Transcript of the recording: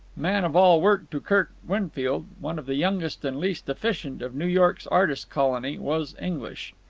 man of all work to kirk winfield, one of the youngest and least efficient of new york's artist colony, was english.